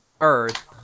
Earth